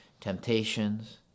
temptations